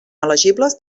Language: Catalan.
elegibles